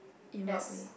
in what way